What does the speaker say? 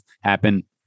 happen